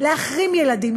להחרים ילדים,